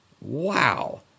Wow